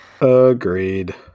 Agreed